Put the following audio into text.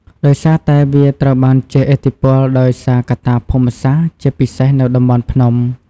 ដោយសារតែវាត្រូវបានជះឥទ្ធិពលដោយសារកត្តាភូមិសាស្ត្រ ជាពិសេស នៅតំបន់ភ្នំ។